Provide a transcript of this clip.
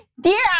Dear